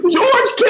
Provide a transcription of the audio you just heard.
George